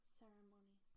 ceremony